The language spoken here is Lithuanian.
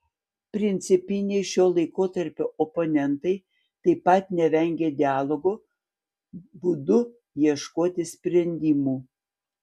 principiniai šio laikotarpio oponentai taip pat nevengė dialogo būdu ieškoti sprendimų